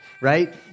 right